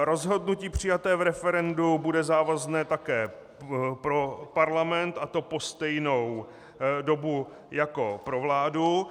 Rozhodnutí přijaté v referendu bude závazné také pro parlament, a to po stejnou dobu jako pro vládu.